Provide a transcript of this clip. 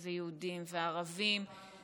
וזה יהודים וערבים,